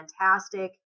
fantastic